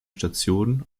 stationen